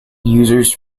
users